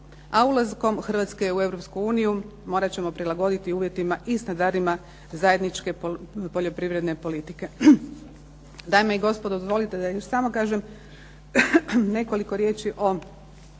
a ulaskom Hrvatske u Europsku uniju morat ćemo prilagoditi uvjetima i standardima zajedničke poljoprivredne politike. Dame i gospodo, dozvolite da još samo kažem nekoliko riječi o